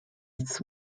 its